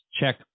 check